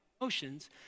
emotions